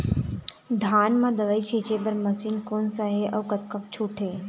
धान म दवई छींचे बर मशीन कोन सा हे अउ कतका छूट हे?